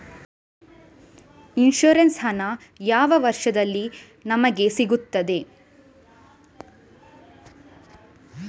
Insurance ಹಣ ಯಾವ ವರ್ಷದಲ್ಲಿ ನಮಗೆ ಸಿಗುತ್ತದೆ?